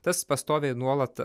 tas pastoviai nuolat